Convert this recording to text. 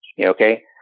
Okay